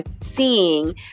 seeing